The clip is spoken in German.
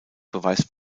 beweist